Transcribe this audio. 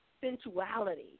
sensuality